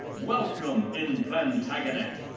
welcome in plantagenet!